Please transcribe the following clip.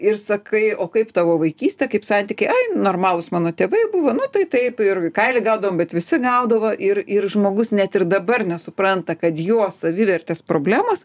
ir sakai o kaip tavo vaikystė kaip santykiai normalūs mano tėvai buvo nu tai taip ir į kailį gaudavom bet visi gaudavo ir ir žmogus net ir dabar nesupranta kad jo savivertės problemos